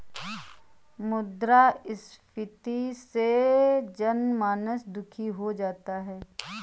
मुद्रास्फीति से जनमानस दुखी हो जाता है